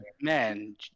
man